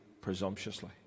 presumptuously